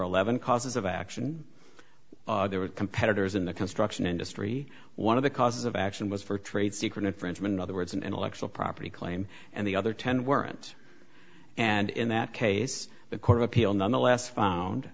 eleven causes of action there were competitors in the construction industry one of the causes of action was for trade secret infringement other words and intellectual property claim and the other ten weren't and in that case the court of appeal nonetheless found